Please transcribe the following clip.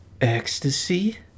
ecstasy